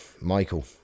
Michael